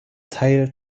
teil